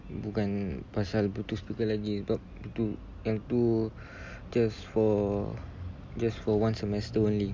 bukan pasal bluetooth speaker lagi sebab yang itu just for just for one semester only